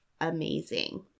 amazing